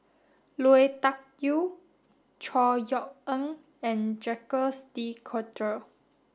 Lui Tuck Yew Chor Yeok Eng and Jacques De Coutre